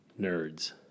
nerds